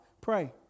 Pray